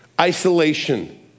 Isolation